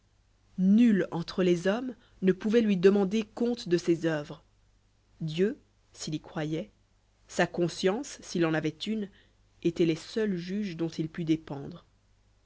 nul entre les hommes ne pouvait lui demander compte de ses oeuvres dieu s'il y croyait sa conscience s'il en avait une étaient les seuls juges dont il put dépendre